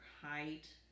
height